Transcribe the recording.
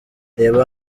reba